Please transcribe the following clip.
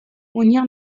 munir